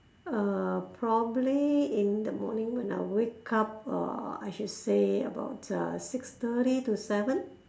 uh probably in the morning when I wake up uh I should say about uh six thirty to seven